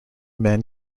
men